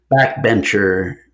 backbencher